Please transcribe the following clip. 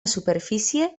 superfície